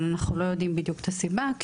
אבל אנחנו לא יודעים בדיוק מה הסיבה.